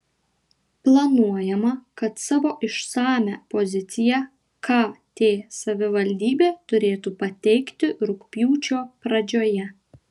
planuojama kad savo išsamią poziciją kt savivaldybė turėtų pateikti rugpjūčio pradžioje